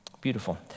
beautiful